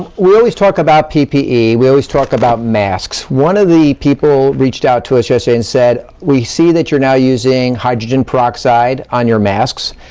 we always talk about ppe, we always talk about masks. one of the people reached out to us yesterday and said, we see that you're now using hydrogen peroxide on your masks.